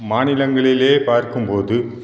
மாநிலங்களிலே பார்க்கும் போது